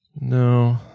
No